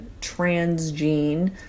transgene